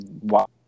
wow